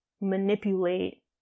manipulate